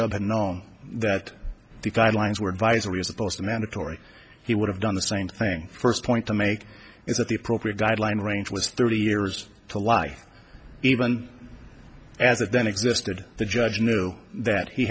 open on that the guidelines were advisory as opposed to mandatory he would have done the same thing first point to make is that the appropriate guideline range was thirty years to life even as it then existed the judge knew that he